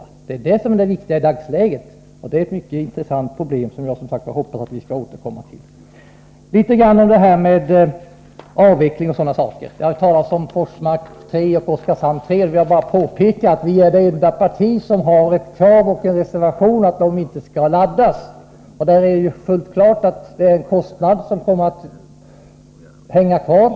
Det är detta som är det viktiga i dagsläget, och det är ett mycket intressant problem, som jag hoppas att vi skall återkomma till. Beträffande avvecklingen m.m. har det talas om Forsmark 3 och Oskarshamn 3. Jag vill bara påpeka att vi är det enda parti som har ett krav på och en reservation om att dessa inte skall laddas. Det är fullt klart att en kostnad för detta kommer att hänga kvar.